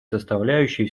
составляющей